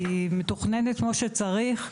היא מתוכננת כמו שצריך,